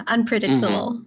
Unpredictable